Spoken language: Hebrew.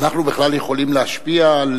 אנחנו בכלל יכולים להשפיע?